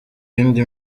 yindi